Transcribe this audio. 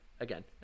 again